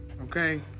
Okay